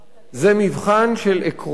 זה מבחן של עקרונות,